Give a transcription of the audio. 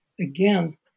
again